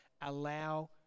allow